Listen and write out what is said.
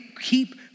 Keep